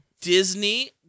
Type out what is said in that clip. Disney